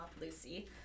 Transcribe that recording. Lucy